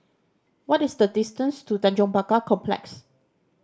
what is the distance to Tanjong Pagar Complex